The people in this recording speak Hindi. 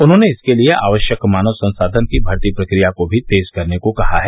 उन्होंने इसके लिए आवश्यक मानव संसाधन की भर्ती प्रक्रिया को भी तेज करने को कहा है